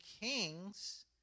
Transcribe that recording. kings